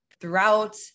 throughout